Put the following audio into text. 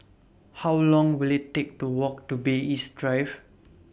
How Long Will IT Take to Walk to Bay East Drive